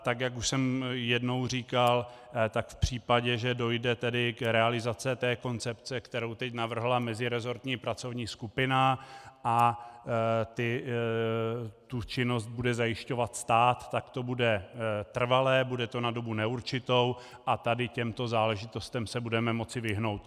Tak jak už jsem jednou říkal, tak v případě, že dojde k realizaci té koncepce, kterou teď navrhla meziresortní pracovní skupina, a tu činnost bude zajišťovat stát, tak to bude trvalé, bude to na dobu neurčitou a tady těmto záležitostem se budeme moci vyhnout.